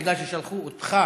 בגלל ששלחו אותך